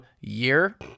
year